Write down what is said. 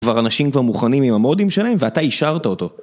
כבר אנשים כבר מוכנים עם המודים שלהם, ואתה אישרת אותו.